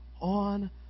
on